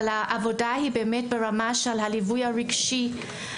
אבל העבודה היא באמת ברמה של הליווי הרגשי,